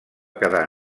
quedar